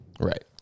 right